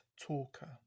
talker